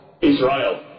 Israel